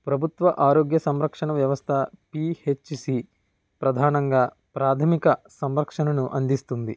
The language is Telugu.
ప్రభుత్వ ఆరోగ్య సంరక్షణ వ్యవస్థ పీహెచ్సీ ప్రధానంగా ప్రాథమిక సంరక్షణను అందిస్తుంది